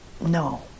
no